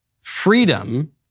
Freedom